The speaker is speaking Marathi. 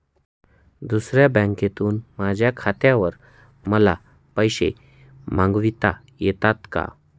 दुसऱ्या बँकेतून माझ्या खात्यावर मला पैसे मागविता येतात का?